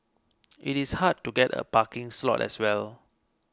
it is hard to get a parking slot as well